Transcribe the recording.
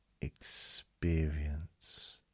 experience